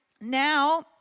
now